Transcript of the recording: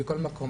בכל מקום.